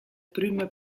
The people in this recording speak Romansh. prüma